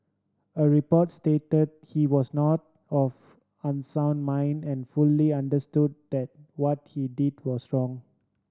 a report stated he was not of unsound mind and fully understood that what he did was wrong